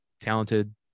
talented